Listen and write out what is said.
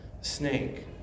snake